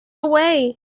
away